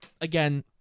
Again